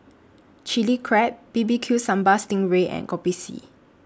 Chili Crab B B Q Sambal Sting Ray and Kopi C